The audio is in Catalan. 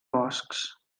boscs